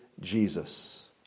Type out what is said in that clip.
Jesus